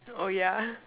oh yeah